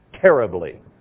terribly